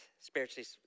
spiritually